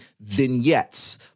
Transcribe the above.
vignettes